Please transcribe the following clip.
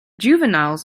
juveniles